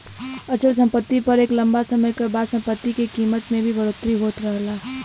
अचल सम्पति पर एक लम्बा समय क बाद सम्पति के कीमत में भी बढ़ोतरी होत रहला